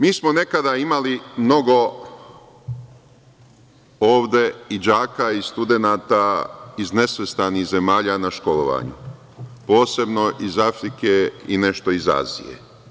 Mi smo nekada imali ovde mnogo i đaka i studenata iz nesvrstanih zemalja na školovanju, posebno iz Afrike i nešto iz Azije.